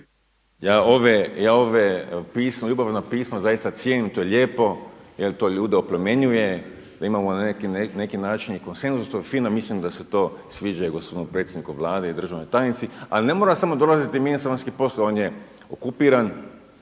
Ja ova ljubazna pisma zaista cijenim, to je lijepo jer to ljude oplemenjuje da imamo na neki način i konsenzus …/Govornik se ne razumije./… mislim da se to sviđa i gospodinu predsjedniku Vlade i državnoj tajnici, ali ne mora samo dolaziti ministar vanjskih poslova, on je okupiran